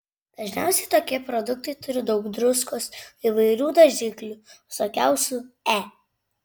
dažniausiai tokie produktai turi daug druskos įvairių dažiklių visokiausių e